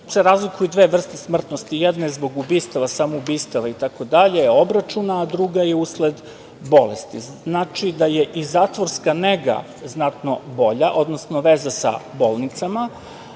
se razlikuju dve vrste smrtnosti, jedan je zbog ubistava, samoubistava i tako dalje, obračuna, a druga je usled bolesti. Znači, da je i zatvorska nega znatno bolja, odnosno veza sa bolnicama,